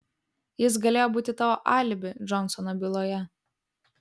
jis galėjo būti tavo alibi džonsono byloje